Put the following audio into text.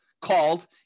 called